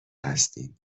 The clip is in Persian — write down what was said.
هستیم